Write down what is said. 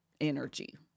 energy